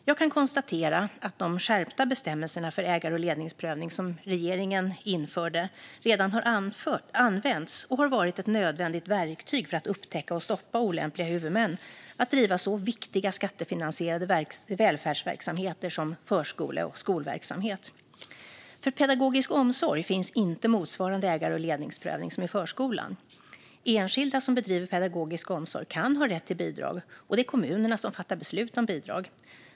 Jag kan konstatera att de skärpta bestämmelser för ägar och ledningsprövning som regeringen införde redan har använts och har varit ett nödvändigt verktyg för att upptäcka och stoppa olämpliga huvudmän från att driva så viktiga skattefinansierade välfärdsverksamheter som förskole och skolverksamhet. För pedagogisk omsorg finns inte motsvarande ägar och ledningsprövning som i förskolan. Enskilda som bedriver pedagogisk omsorg kan ha rätt till bidrag, och det är kommunerna som fattar beslut om bidrag.